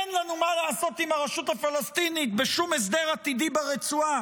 אין לנו מה לעשות עם הרשות הפלסטינית בשום הסדר עתידי ברצועה,